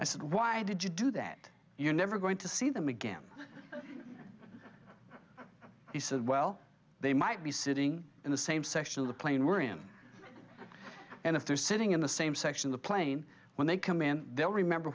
i said why did you do that you're never going to see them again he said well they might be sitting in the same section of the plane we're in and if they're sitting in the same section of the plane when they come in they'll remember